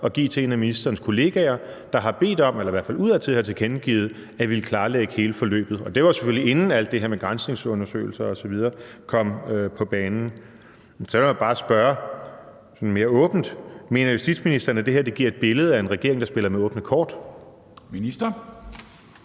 at give til en af ministerens kollegaer, der har bedt om det eller i hvert fald udadtil har tilkendegivet at ville klarlægge hele forløbet. Det var selvfølgelig, inden alt det her med granskningsundersøgelser osv. kom på tale. Så lad mig bare spørge sådan mere åbent: Mener justitsministeren, at det giver et billede af en regering, der spiller med åbne kort? Kl.